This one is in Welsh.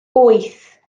wyth